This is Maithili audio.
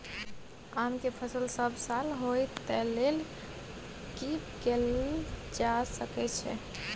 आम के फसल सब साल होय तै लेल की कैल जा सकै छै?